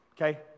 okay